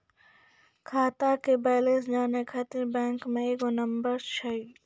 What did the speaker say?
खाता के बैलेंस जानै ख़ातिर बैंक मे एगो नंबर छै?